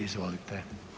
Izvolite.